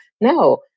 No